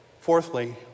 Fourthly